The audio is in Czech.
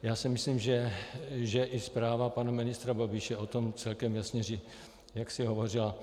Já si myslím, že i zpráva pana ministra Babiše o tom celkem jasně jaksi hovořila.